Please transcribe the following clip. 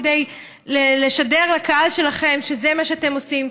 כדי לשדר לקהל שלכם שזה מה שאתם עושים.